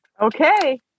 okay